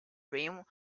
rim